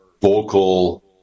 vocal